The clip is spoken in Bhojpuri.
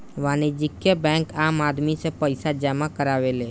वाणिज्यिक बैंक आम आदमी से पईसा जामा करावेले